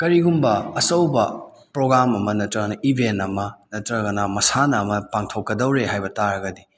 ꯀꯔꯤꯒꯨꯝꯕ ꯑꯆꯧꯕ ꯄ꯭ꯔꯣꯒꯥꯝ ꯅꯠꯇ꯭ꯔꯒꯅ ꯏꯕꯦꯟ ꯑꯃ ꯅꯠꯇ꯭ꯔꯒꯅ ꯃꯁꯥꯟꯅ ꯑꯃ ꯄꯥꯡꯊꯣꯛꯀꯗꯧꯔꯦ ꯍꯥꯏꯕ ꯇꯥꯔꯒꯗꯤ